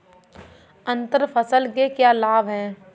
अंतर फसल के क्या लाभ हैं?